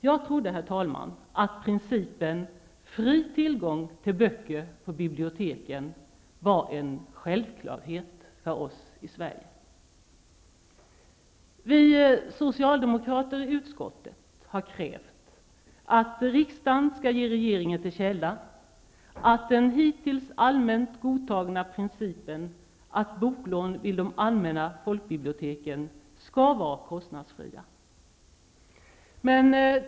Jag trodde, herr talman, att principen fri tillgång till böcker på bibilioteken var en självklarhet för oss i Vi socialdemokrater i utskottet har krävt att riksdagen skall ge regeringen till känna att den hittills allmänt godtagna principen att boklån vid de allmänna folkbiblioteken skall vara kostnadsfria.